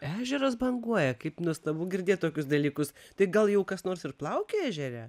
ežeras banguoja kaip nuostabu girdėt tokius dalykus tai gal jau kas nors ir plaukioja ežere